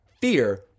Fear